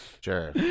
Sure